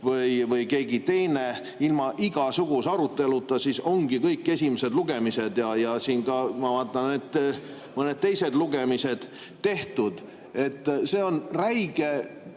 või keegi teine, ilma igasuguse aruteluta ongi kõik esimesed lugemised, ja siin ma vaatan, et ka mõned teised lugemised, tehtud. See on räige